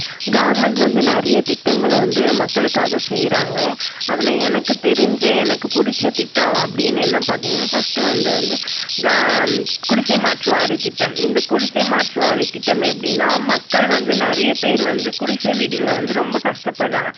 government வந்து நிறையத் திட்டங்களை வந்து மக்களுக்காக செய்றாங்க அதில் எனக்கு தெரிஞ்ச எனக்கு பிடிச்ச திட்டம் அப்படின்னு என்ன பார்த்தீங்கன்னா ஃபர்ஸ்ட்டு வந்து வந்து க குடிசை மாற்று வாரியத் திட்டம் இந்த குடிசை மாற்று வாரியத் திட்டம் எப்படின்னா மக்கள் வந்து நிறைய பேர் வந்து குடிசை வீடுகளில் வந்து ரொம்ப கஷ்டப்படுறாங்க